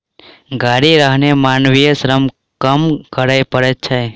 गाड़ी रहने मानवीय श्रम कम करय पड़ैत छै